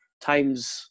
times